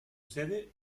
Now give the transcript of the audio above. sede